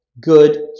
good